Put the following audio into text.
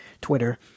Twitter